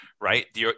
Right